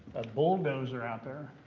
bulldozer out there,